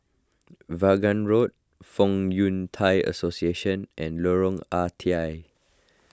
Vaughan Road Fong Yun Thai Association and Lorong Ah Thia